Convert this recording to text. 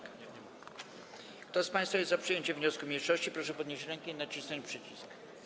Kto z państwa jest za przyjęciem wniosku mniejszości, proszę podnieść rękę i nacisnąć przycisk.